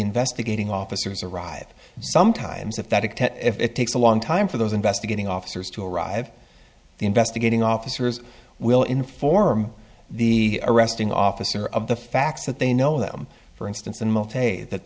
investigating officers arrive and sometimes if that is if it takes a long time for those investigating officers to arrive the investigating officers will inform the arresting officer of the facts that they know them for instance and that